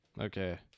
Okay